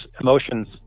emotions